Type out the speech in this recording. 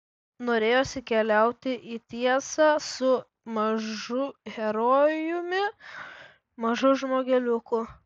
norėjosi keliauti į tiesą su mažu herojumi mažu žmogeliuku